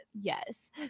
Yes